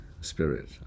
spirit